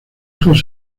hijos